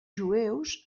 jueus